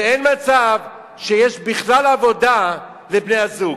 ואין מצב שיש בכלל עבודה לבני-הזוג,